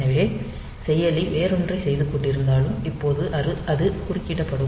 எனவே செயலி வேறொன்றைச் செய்துகொண்டிருந்தாலும் இப்போது அது குறுக்கிடப்படும்